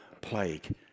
plague